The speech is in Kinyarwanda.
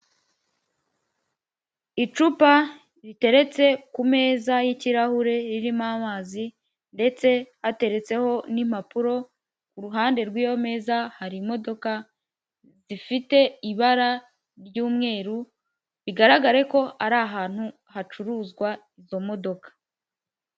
Icupa riteretse kumezaeza y'ikirahure ririmo amazi ndetse hateretseho n'impapuro ku ruhande rw'iyo meza hari imodoka zifite ibara ry'umweru bigaragare ko ari ahantu hacuruzwa izo modoka.